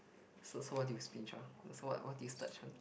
so so what do you binge on so what what do you splurge on